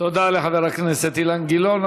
תודה לחבר הכנסת אילן גילאון.